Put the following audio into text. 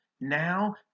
Now